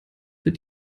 wird